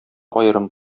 аерым